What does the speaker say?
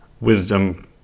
wisdom